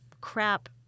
crap